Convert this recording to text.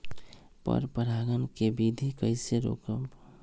पर परागण केबिधी कईसे रोकब?